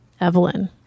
Evelyn